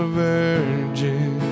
virgin